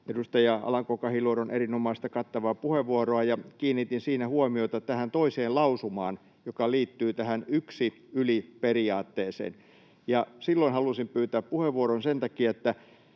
edustaja Alanko-Kahiluodon erinomaista, kattavaa puheenvuoroa. Kiinnitin siinä huomiota tähän toiseen lausumaan, joka liittyy tähän yksi yli ‑periaatteeseen. Silloin halusin pyytää puheenvuoron sen takia, että